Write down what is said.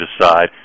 decide